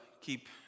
keep